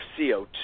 CO2